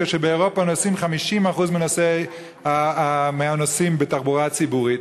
כשבאירופה נוסעים 50% בתחבורה הציבורית.